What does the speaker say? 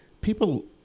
people